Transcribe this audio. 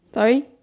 sorry